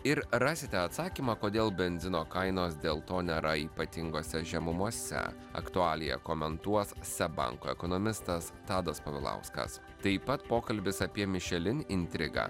ir rasite atsakymą kodėl benzino kainos dėl to nėra ypatingose žemumose aktualiją komentuos seb banko ekonomistas tadas povilauskas taip pat pokalbis apie mišelin intrigą